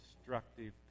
destructive